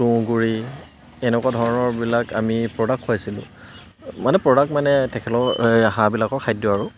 তুঁহগুৰি এনেকুৱা ধৰণৰবিলাক আমি প্ৰডাক্ট খুৱাইছিলোঁ মানে প্ৰডাক্ট মানে তেখেতলোকৰ হাঁহবিলাকৰ খাদ্য আৰু